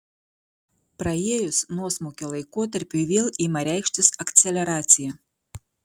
praėjus nuosmukio laikotarpiui vėl ima reikštis akceleracija